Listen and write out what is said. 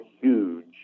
huge